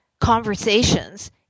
conversations